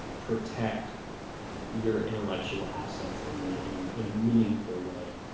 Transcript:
protect your intellectual assets in a in a in a meaningful way.